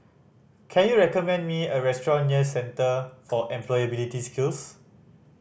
can you recommend me a restaurant near Centre for Employability Skills